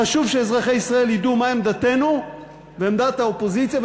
חשוב שאזרחי ישראל ידעו מה עמדתנו ומה עמדת האופוזיציה,